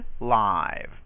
live